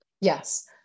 Yes